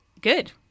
good